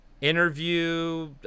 Interview